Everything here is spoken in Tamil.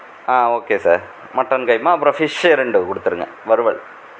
ஆ ஓகே சார் மட்டன் கைமா அப்புறோம் ஃபிஸ்ஸு ரெண்டு கொடுத்துருங்க வறுவல்